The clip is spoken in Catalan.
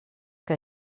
que